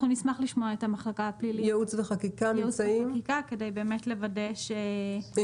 אנחנו נשמח לשמוע את המחלקה הפלילית כדי לוודא שמדובר